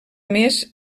més